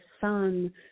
sun